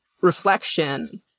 reflection